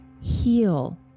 heal